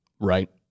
right